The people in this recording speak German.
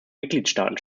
mitgliedstaaten